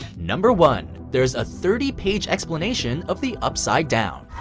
number one there's a thirty page explanation of the upside down.